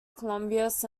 columbus